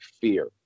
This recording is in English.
fear